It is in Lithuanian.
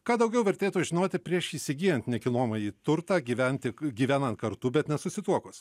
ką daugiau vertėtų žinoti prieš įsigyjan nekilnojamąjį turtą gyventi gyvenan kartu bet nesusituokus